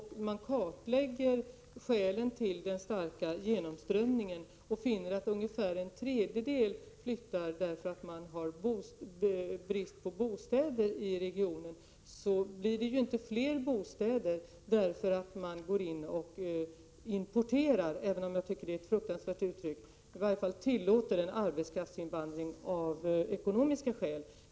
När man kartlägger skälen till den starka genomströmningen finner man att ungefär en tredjedel flyttar därför att det råder brist på bostäder. Men det blir väl inte fler bostäder om man ”importerar” — jag tycker att uttrycket är fruktansvärt — arbetskraft eller tillåter en arbetskraftsinvandring av ekonomiska skäl?